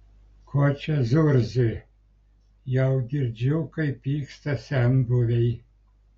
ko čia zurzi jau girdžiu kaip pyksta senbuviai